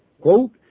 Quote